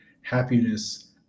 happiness